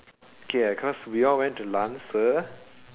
okay cause we all went to lancer